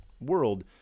world